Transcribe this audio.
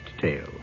tale